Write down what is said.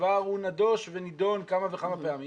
שכבר הוא נדוש ונידון כמה וכמה פעמים,